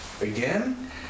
Again